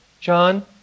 John